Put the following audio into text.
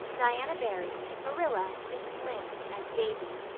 diana barry, marilla, mrs. lynde and davy.